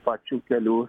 pačių kelių